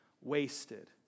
wasted